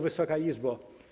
Wysoka Izbo!